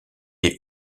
des